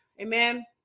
Amen